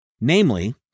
namely